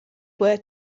were